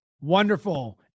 Wonderful